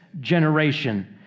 generation